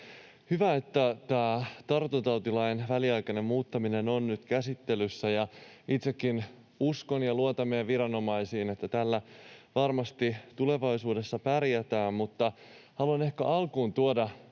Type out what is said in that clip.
Hyvä, että tämä tartuntatautilain väliaikainen muuttaminen on nyt käsittelyssä, ja itsekin uskon ja luotan meidän viranomaisiimme, että tällä varmasti tulevaisuudessa pärjätään. Mutta haluan ehkä alkuun tuoda